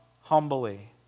humbly